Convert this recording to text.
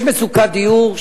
במדינת ישראל יש מצוקת דיור,